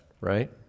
right